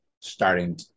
starting